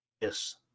Yes